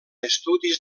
estudis